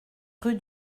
rue